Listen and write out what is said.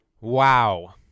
Wow